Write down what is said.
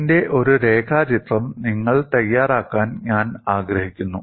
ഇതിന്റെ ഒരു രേഖാചിത്രം നിങ്ങൾ തയ്യാറാക്കാൻ ഞാൻ ആഗ്രഹിക്കുന്നു